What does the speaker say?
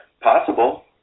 Possible